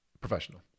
professional